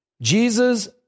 Jesus